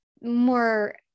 more